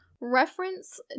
Reference